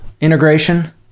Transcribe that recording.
integration